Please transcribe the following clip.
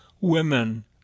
women